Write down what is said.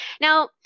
Now